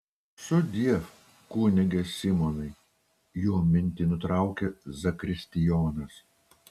sudiev kunige simonai jo mintį nutraukia zakristijonas